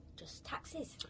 just taxes.